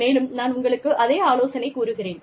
மேலும் நான் உங்களுக்கு அதே ஆலோசனை கூறுகிறேன்